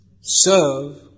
serve